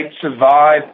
survive